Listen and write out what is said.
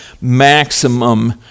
maximum